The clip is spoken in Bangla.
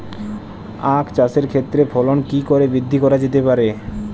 আক চাষের ক্ষেত্রে ফলন কি করে বৃদ্ধি করা যেতে পারে?